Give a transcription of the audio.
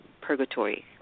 purgatory